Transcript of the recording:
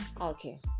Okay